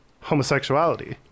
homosexuality